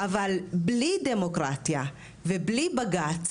אבל בלי דמוקרטיה ובלי בג"צ,